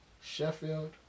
Sheffield